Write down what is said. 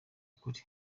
ukuri